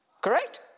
Correct